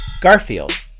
Garfield